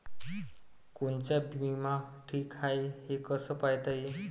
कोनचा बिमा ठीक हाय, हे कस पायता येईन?